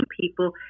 people